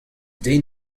den